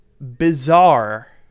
bizarre